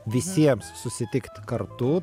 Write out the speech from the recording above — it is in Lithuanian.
visiems susitikt kartu